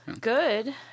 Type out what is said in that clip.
good